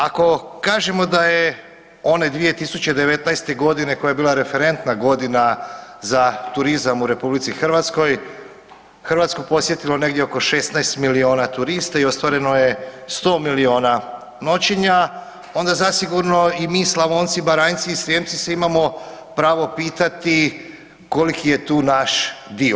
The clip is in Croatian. Ako kažemo da je one 2019. godine koja je bila referentna godina za turizam u RH, Hrvatsku posjetilo negdje oko 16 miliona turista i ostvareno je 100 miliona noćenja onda zasigurno i mi Slavonci, Baranjci i Srijemci se imamo pravo pitati koliki je tu naš dio.